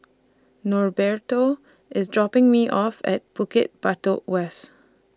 Norberto IS dropping Me off At Bukit Batok West